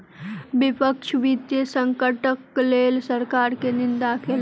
विपक्ष वित्तीय संकटक लेल सरकार के निंदा केलक